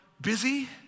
busy